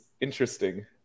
interesting